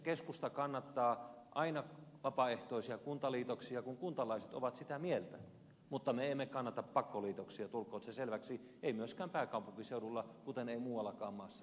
keskusta kannattaa aina vapaaehtoisia kuntaliitoksia kun kuntalaiset ovat sitä mieltä mutta me emme kannata pakkoliitoksia tulkoon se selväksi ei myöskään pääkaupunkiseudulla kuten ei muuallakaan maassa